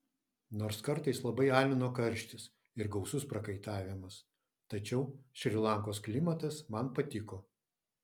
nors kartais labai alino karštis ir gausus prakaitavimas tačiau šri lankos klimatas man patiko